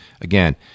Again